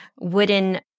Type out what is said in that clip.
wooden